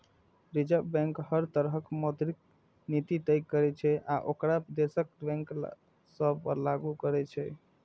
reserve bank हर तरहक मौद्रिक नीति तय करै छै आ ओकरा देशक बैंक सभ पर लागू करै छै